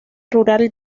rural